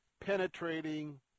penetrating